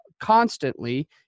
constantly